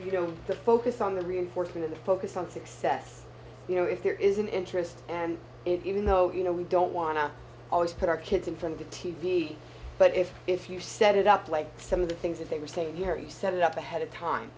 you know the focus on the reinforcing the focus on success you know if there is an interest and if you know you know we don't want to always put our kids in from the t v but if if you set it up like some of the things that they were saying here you set it up ahead of time